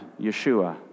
Yeshua